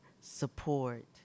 support